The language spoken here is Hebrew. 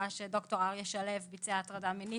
קבעה שדוקטור אריה שלו ביצע הטרדה מינית,